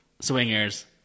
Swingers